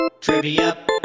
Trivia